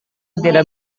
tidak